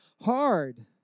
hard